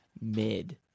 mid